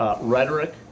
rhetoric